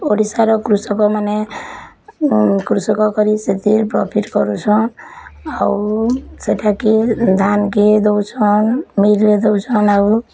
ଓଡ଼ିଶାର କୃଷକମାନେ କୃଷକ କରି ସେଥିର୍ ପ୍ରଫିଟ୍ କରୁଛନ୍ ଆଉ ସେଠାକେ ଧାନ୍କେ ଦେଉଛନ୍ ନିଜେ ଦେଉଛନ୍ ଆଉ